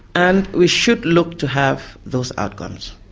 and we should look to have those outcomes,